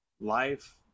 life